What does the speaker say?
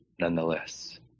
nonetheless